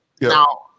now